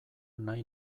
nahi